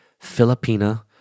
Filipina